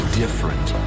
different